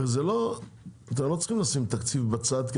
הרי אתם לא צריכים לשים תקציב בצד כי